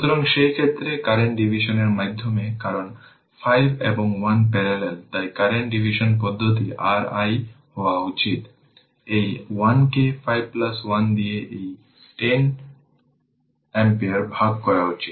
সুতরাং সেই ক্ষেত্রে কারেন্ট ডিভিশনের মাধ্যমে কারণ 5 এবং 1 প্যারালেল তাই কারেন্ট ডিভিশন পদ্ধতি r i হওয়া উচিত এই 1 কে 5 1 দিয়ে এই 10 অ্যাম্পিয়ারে ভাগ করা উচিত